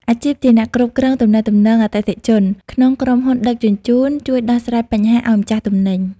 អាជីពជាអ្នកគ្រប់គ្រងទំនាក់ទំនងអតិថិជន ក្នុងក្រុមហ៊ុនដឹកជញ្ជូន ជួយដោះស្រាយបញ្ហាឱ្យម្ចាស់ទំនិញ។